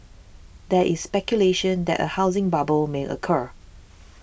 there is speculation that a housing bubble may occur